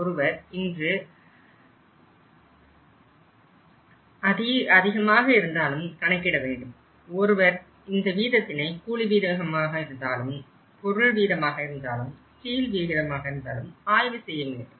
ஒருவர இந்த வீதத்தினை கூலி வீதமாக இருந்தாலும் பொருள் வீதமாக இருந்தாலும் ஸ்டீல் வீதமாக இருந்தாலும் ஆய்வு செய்ய வேண்டும்